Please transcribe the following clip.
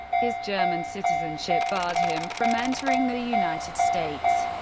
his german citizenship barred him from entering the united states.